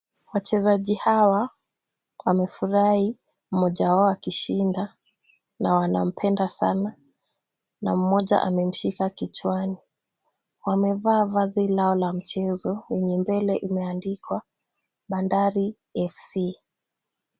Wachezaji Hawa wamefurahi mmoja wao akishinda ,na wanampenda sana, na mmoja amemshika kichwani ,wamevaa vazi lao la mchezo lenye mbele limeandikwa Bandari FC.